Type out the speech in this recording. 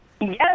Yes